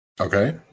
okay